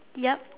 yup